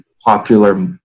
popular